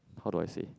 how do I say